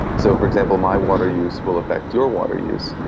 so for example my water use will affect your water use.